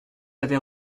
avez